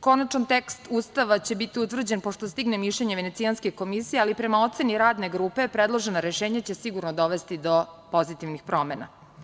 Konačan tekst Ustava će biti utvrđen pošto stigne mišljenje Venecijanske komisije, ali prema oceni Radne grupe predložena rešenja će sigurno dovesti do pozitivnih promena.